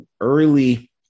early